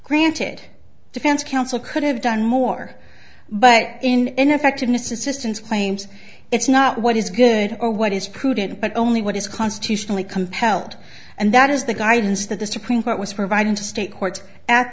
granted defense counsel could have done more but in ineffectiveness assistance claims it's not what is good or what is prudent but only what is constitutionally compelled and that is the guidance that the supreme court was providing to state courts at